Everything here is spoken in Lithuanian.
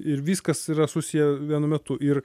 ir viskas yra susiję vienu metu ir